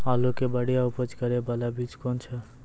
आलू के बढ़िया उपज करे बाला बीज कौन छ?